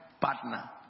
partner